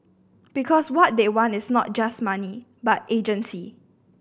because what they want is not just money but agency